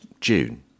June